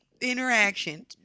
interaction